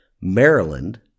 Maryland